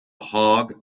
hog